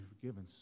forgiven